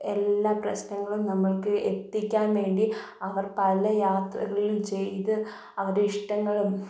എല്ലാ പ്രശ്നങ്ങളും നമ്മൾക്ക് എത്തിക്കാൻവേണ്ടി അവർ പല യാത്രകളിലും ചെയ്ത് അവരെ ഇഷ്ടങ്ങളും